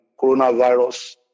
coronavirus